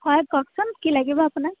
হয় কওকচোন কি লাগিব আপোনাক